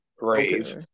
rave